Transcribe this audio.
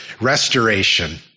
restoration